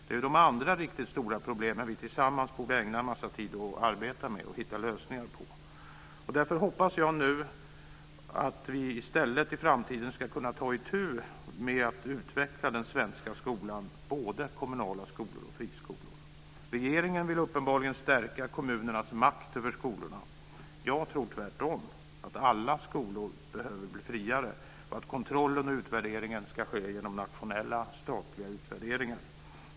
Det är de andra riktigt stora problemen som vi tillsammans borde ägna en massa tid att arbeta med och hitta lösningar på. Därför hoppas jag nu att vi i stället i framtiden ska kunna ta itu med att utveckla den svenska skolan, både kommunala skolor och friskolor. Regeringen vill uppenbarligen stärka kommunernas makt över skolorna. Jag tror, tvärtom, att alla skolor behöver bli friare och att kontrollen och utvärderingen ska ske genom nationella, statliga utvärderingar.